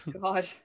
God